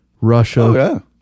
Russia